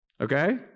Okay